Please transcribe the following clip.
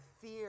fear